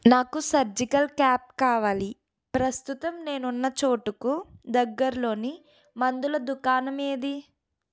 నాకు surgical cap కావాలి ప్రస్తుతం నేనున్న చోటుకు దగ్గరలోని మందుల దుకాణం ఏది